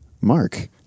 Mark